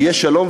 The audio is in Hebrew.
יהיה שלום,